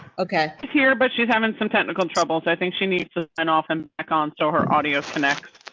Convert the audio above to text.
okay here, but she's having some technical trouble so i think she needs an awesome. like um so her audio connected.